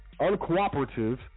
uncooperative